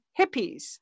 hippies